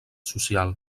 social